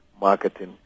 marketing